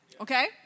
okay